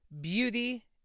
Beauty